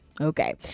Okay